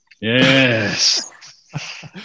Yes